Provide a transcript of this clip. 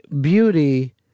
beauty